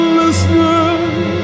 listening